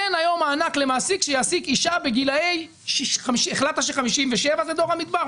תן היום מענק למעסיק שיעסיק אישה בגילי - החלטת ש-57 זה דור המדבר,